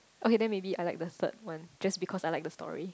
okay then maybe I like the third one just because I like the story